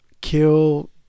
Kill